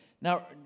Now